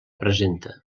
presenta